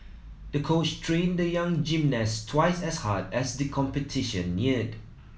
the coach trained the young gymnast twice as hard as the competition neared